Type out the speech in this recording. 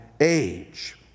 age